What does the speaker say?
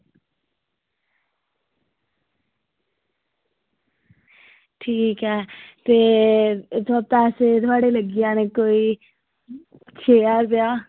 ठीक ऐ ते थुआढ़े पैसे थुआढ़े लग्गी जाने कोई छे ज्हार रपेआ